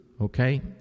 Okay